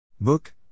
Book